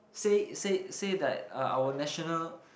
say say say that uh our national